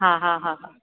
हा हा हा हा